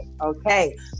Okay